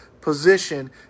position